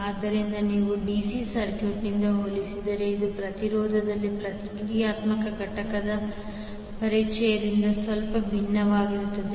ಆದ್ದರಿಂದ ನೀವು dc ಸರ್ಕ್ಯೂಟ್ನಿಂದ ಹೋಲಿಸಿದರೆ ಇದು ಪ್ರತಿರೋಧದಲ್ಲಿ ಪ್ರತಿಕ್ರಿಯಾತ್ಮಕ ಘಟಕದ ಪರಿಚಯದಿಂದಾಗಿ ಸ್ವಲ್ಪ ಭಿನ್ನವಾಗಿರುತ್ತದೆ